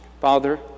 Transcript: Father